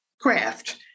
craft